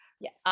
Yes